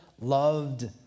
Loved